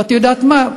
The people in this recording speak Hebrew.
ואת יודעת מה,